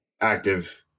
active